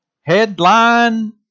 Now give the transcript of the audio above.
Headline